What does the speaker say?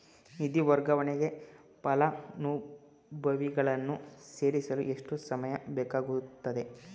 ನಿಧಿ ವರ್ಗಾವಣೆಗೆ ಫಲಾನುಭವಿಗಳನ್ನು ಸೇರಿಸಲು ಎಷ್ಟು ಸಮಯ ಬೇಕಾಗುತ್ತದೆ?